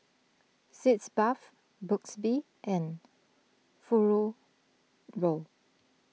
Sitz Bath Burt's Bee and Fururo